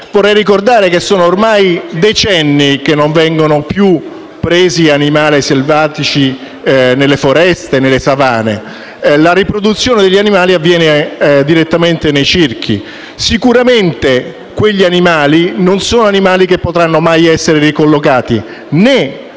vorrei ricordare che ormai da decenni non vengono più presi animali selvatici nelle foreste o nelle savane; la riproduzione degli animali avviene direttamente nei circhi. Sicuramente, quegli animali potranno mai essere ricollocati, né